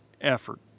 effort